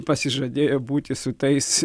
pasižadėjo būti su tais